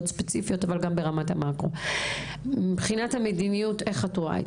איך את רואה את זה מבחינת המדיניות?